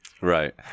right